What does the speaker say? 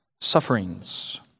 sufferings